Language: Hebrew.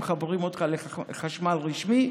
מחברים אותך לחשמל רשמי,